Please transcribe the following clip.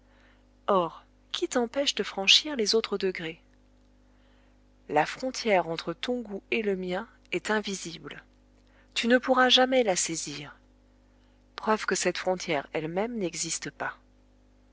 or qui t'empêche de franchir les autres degrés la frontière entre ton goût et le mien est invisible tu ne pourras jamais la saisir preuve que cette frontière elle-même n'existe pas